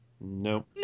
No